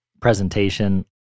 presentation